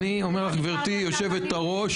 גברתי היושב-ראש,